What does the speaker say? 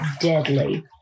deadly